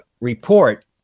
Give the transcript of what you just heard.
report